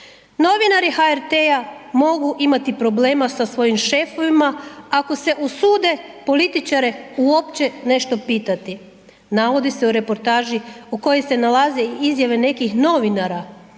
Novinari HRT-a mogu imati problema sa svojim šefovima ako se usude političare uopće nešto pitati, navodi se u reportaži u kojoj se nalaze i izjave nekih novinara